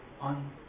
on